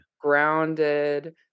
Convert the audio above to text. grounded